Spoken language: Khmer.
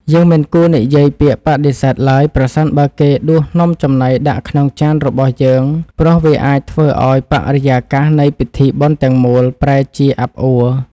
យើងមិនគួរនិយាយពាក្យបដិសេធឡើយប្រសិនបើគេដួសនំចំណីដាក់ក្នុងចានរបស់យើង ព្រោះវាអាចធ្វើឱ្យបរិយាកាសនៃពិធីបុណ្យទាំងមូលប្រែជាអាប់អួ។